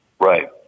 Right